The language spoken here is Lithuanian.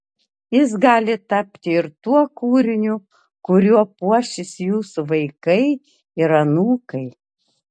jis gali tapti ir tuo kūriniu kuriuo puošis jūsų vaikai ir anūkai